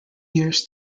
years